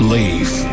Leave